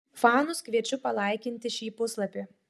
fanus kviečiu palaikinti šį puslapį